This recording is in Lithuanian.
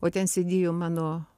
o ten sėdėjo mano